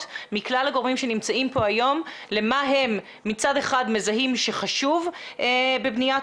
מכלל הגורמים שנמצאים פה היום למה הם מצד אחד מזהים שחשוב בבניית